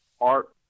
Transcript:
art